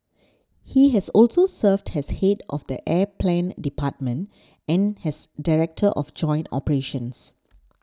he has also served has head of the air plan department and has director of joint operations